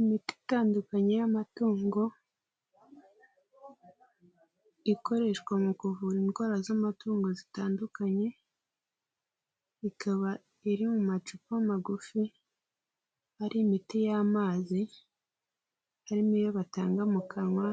Imiti itandukanye y'amatungo, ikoreshwa mu kuvura indwara z'amatungo zitandukanye, ikaba iri mu macupa magufi, ari imiti y'amazi harimo iyo batanga mu kanwa